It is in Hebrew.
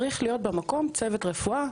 צריך להיות במקום צוות רפואה,